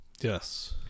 Yes